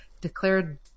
declared